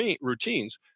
routines